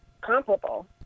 comparable